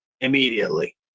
Immediately